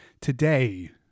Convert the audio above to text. today